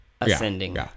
Ascending